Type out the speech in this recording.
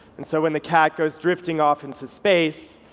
and so when the cat goes drifting off into space,